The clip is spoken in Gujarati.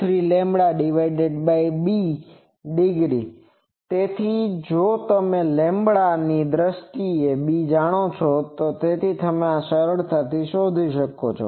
443λb° તેથી જો તમે લેમ્બડા lambda λ ની દ્રષ્ટિએ b જાણો છો તો તમે આ સરળતાથી શોધી શકો છો